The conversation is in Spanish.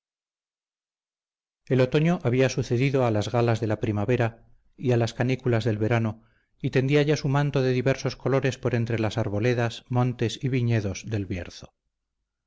el otoño había sucedido a las galas de la primavera y a las canículas del verano y tendía ya su manto de diversos colores por entre las arboledas montes y viñedos del bierzo